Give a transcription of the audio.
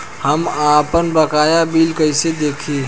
हम आपनबकाया बिल कइसे देखि?